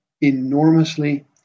enormously